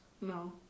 No